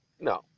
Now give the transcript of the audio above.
no